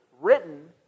written